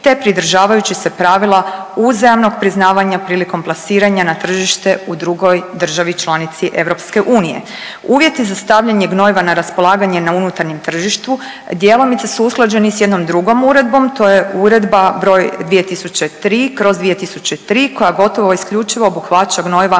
te pridržavajući se pravila uzajamnog priznavanja prilikom plasiranja na tržište u drugoj državi članici EU. Uvjeti za stavljanje gnojiva na raspolaganje na unutarnjem tržištu djelomice su usklađeni s jednom drugom uredbom, to je Uredba br. 2003/2003 koja gotovo isključivo obuhvaća gnojiva